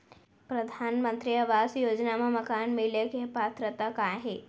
परधानमंतरी आवास योजना मा मकान मिले के पात्रता का हे?